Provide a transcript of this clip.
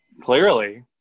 Clearly